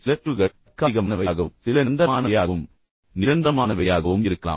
சில தீர்வுகள் தற்காலிகமானவையாகவும் சில தீர்வுகள் நிரந்தரமானவையாகவும் இருக்கலாம்